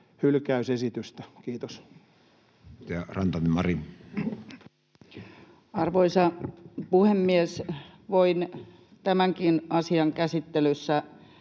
hylkäysesitystä. — Kiitos. Edustaja Rantanen, Mari. Arvoisa puhemies! Voin tämänkin asian käsittelyssä